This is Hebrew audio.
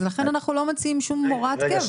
אז לכן אנחנו לא מציעים שום הוראת קבע.